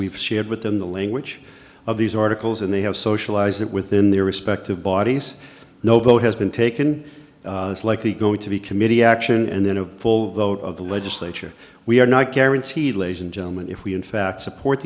we've shared with them the language of these articles and they have socialized that within their respective bodies no vote has been taken likely going to be committee action and then a full vote of the legislature we are not guaranteed ladies and gentlemen if we in fact support